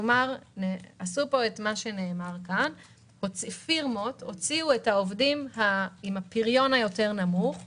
כלומר פירמות הוציאו את העובדים עם הפריון הנמוך יותר.